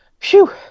Phew